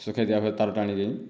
ଶୁଖାଇ ଦିଆ ହୁଏ ତାର ଟାଣିକି